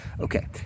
Okay